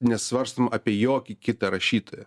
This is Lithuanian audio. nesvarstom apie jokį kitą rašytoją